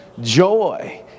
joy